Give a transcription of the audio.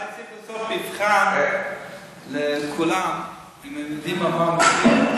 אולי בסוף תבחן את כולם אם הם יודעים על מה מדובר.